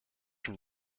from